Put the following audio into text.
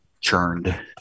churned